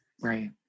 Right